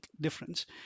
difference